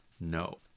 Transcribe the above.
No